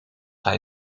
hij